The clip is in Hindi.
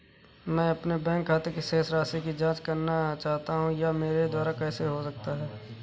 मैं अपने बैंक खाते की शेष राशि की जाँच करना चाहता हूँ यह मेरे द्वारा कैसे हो सकता है?